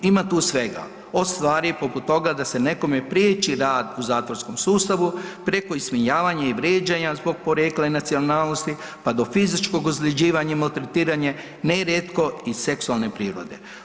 Ima tu svega od stvari poput toga da se nekome priječi rad u zatvorskom sustavu preko ismijavanja i vrijeđanja zbog porijekla i nacionalnosti, pa do fizičkog ozljeđivanja i maltretiranja, nerijetko i seksualne prirode.